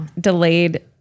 delayed